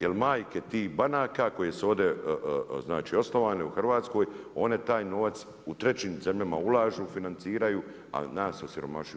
Jer majke tih banaka koje su ovdje, znači osnovane u Hrvatskoj one taj novac u trećim zemljama ulažu, financiraju a nas osiromašuju.